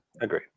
Agree